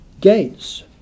gates